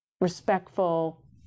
respectful